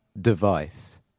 device